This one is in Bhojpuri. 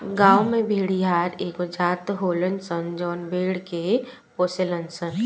गांव में भेड़िहार एगो जात होलन सन जवन भेड़ के पोसेलन सन